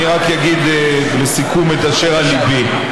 אני רק אגיד לסיכום את אשר על ליבי.